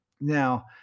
Now